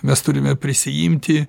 mes turime prisiimti